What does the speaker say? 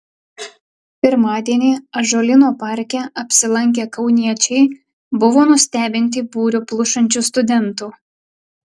pirmadienį ąžuolyno parke apsilankę kauniečiai buvo nustebinti būrio plušančių studentų